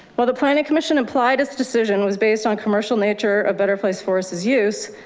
well, the planning commission applied as decision was based on commercial nature. a better place for us is use.